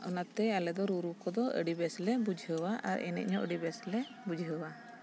ᱚᱱᱟᱛᱮ ᱟᱞᱮ ᱫᱚ ᱨᱩᱨᱩ ᱠᱚᱫᱚ ᱟᱹᱰᱤ ᱵᱮᱥ ᱞᱮ ᱵᱩᱡᱷᱟᱹᱣᱟ ᱟᱨ ᱮᱱᱮᱡ ᱦᱚᱸ ᱟᱹᱰᱤ ᱵᱮᱥᱞᱮ ᱵᱩᱡᱷᱟᱹᱣᱟ